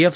F